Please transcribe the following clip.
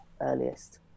earliest